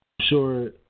sure